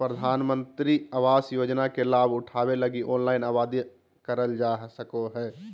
प्रधानमंत्री आवास योजना के लाभ उठावे लगी ऑनलाइन आवेदन करल जा सको हय